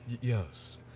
yes